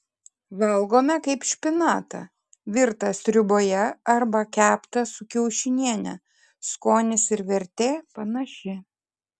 valgome kaip špinatą virtą sriuboje arba keptą su kiaušiniene skonis ir vertė panaši